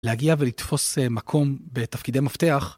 להגיע ולתפוס מקום בתפקידי מפתח.